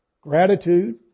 gratitude